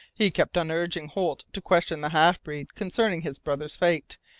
he kept on urging holt to question the half-breed concerning his brother's fate,